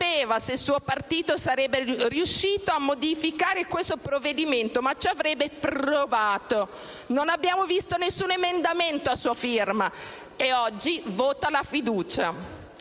non sapeva se il suo partito sarebbe riuscito a modificare questo provvedimento ma ci avrebbe provato. Non abbiamo visto nessun emendamento a sua firma e oggi vota la fiducia.